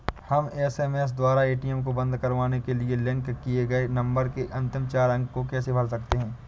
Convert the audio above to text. हम एस.एम.एस द्वारा ए.टी.एम को बंद करवाने के लिए लिंक किए गए नंबर के अंतिम चार अंक को कैसे भर सकते हैं?